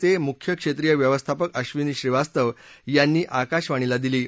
चे मुख्य क्षेत्रीय व्यवस्थापक अबिनी श्रीवास्तव यांनी आकाशवाणीला दिली आहे